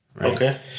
Okay